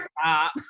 stop